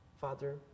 Father